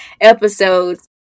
episodes